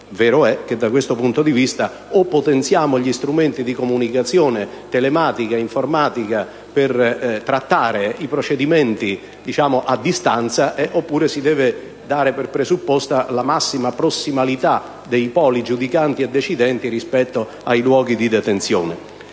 Vero è che, da questo punto di vista, o potenziamo gli strumenti di comunicazione telematica e informatica per trattare i procedimenti a distanza oppure si deve dare per presupposta la massima prossimalità dei poli giudicanti e decidenti rispetto ai luoghi di detenzione.